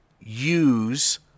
use